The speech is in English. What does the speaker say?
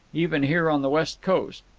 even here on the west coast.